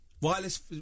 Wireless